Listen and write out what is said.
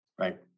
Right